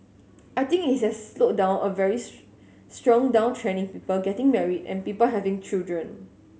I didn't think it has slowed down a very strong downtrend in people getting married and people having children